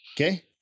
Okay